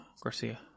Garcia